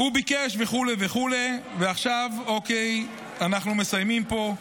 הוא ביקש, וכו' וכו', ועכשיו אנחנו מסיימים פה.